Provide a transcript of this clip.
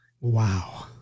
Wow